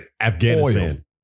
Afghanistan